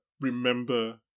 remember